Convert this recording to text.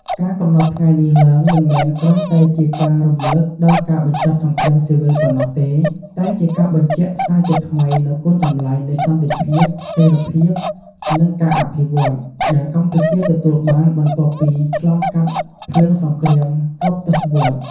ការកំណត់ថ្ងៃនេះឡើង មិនមែនគ្រាន់តែជាការរំលឹកដល់ការបញ្ចប់សង្គ្រាមស៊ីវិលប៉ុណ្ណោះទេ តែជាការបញ្ជាក់សារជាថ្មីនូវគុណតម្លៃនៃ សន្តិភាព ស្ថេរភាព និងការអភិវឌ្ឍន៍ ដែលកម្ពុជាទទួលបានបន្ទាប់ពីឆ្លងកាត់ភ្លើងសង្គ្រាមរាប់ទសវត្សរ៍។